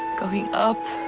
going up,